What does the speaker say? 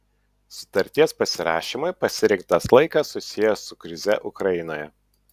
sutarties pasirašymui pasirinktas laikas susijęs su krize ukrainoje